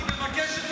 לא מוכן.